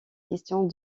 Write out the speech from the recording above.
questions